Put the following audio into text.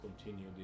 continue